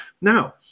Now